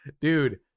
Dude